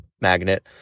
magnet